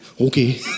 Okay